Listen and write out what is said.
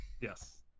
Yes